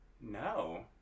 no